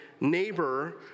neighbor